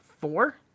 four